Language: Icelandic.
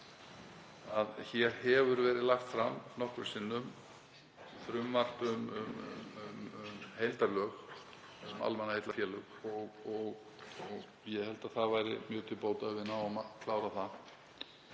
að hér hefur verið lagt fram nokkrum sinnum frumvarp um heildarlög um almannaheillafélög og ég held að það væri mjög til bóta að við næðum að klára það.